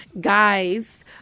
guys